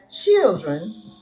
children